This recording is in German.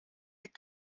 dick